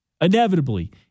Inevitably